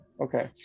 Okay